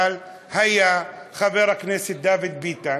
אבל היה חבר הכנסת דוד ביטן,